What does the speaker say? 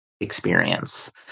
experience